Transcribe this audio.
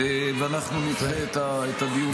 ואנחנו נדחה את הדיון.